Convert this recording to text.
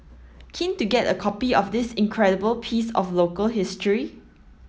keen to get a copy of this incredible piece of local history